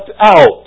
out